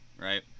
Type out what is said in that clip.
right